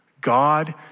God